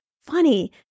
funny